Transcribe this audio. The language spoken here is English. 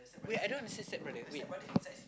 wait I don't understand stepbrother wait